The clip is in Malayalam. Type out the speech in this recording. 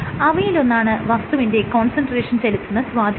അവയിൽ ഒന്നാണ് വസ്തുവിന്റെ കോൺസെൻട്രേഷൻ ചെലുത്തുന്ന സ്വാധീനം